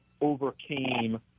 overcame